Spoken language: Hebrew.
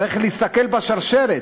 צריך להסתכל בשרשרת.